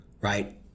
right